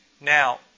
Now